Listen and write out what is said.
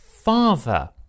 father